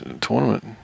tournament